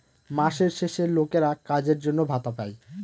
মাসের শেষে লোকেরা কাজের জন্য ভাতা পাই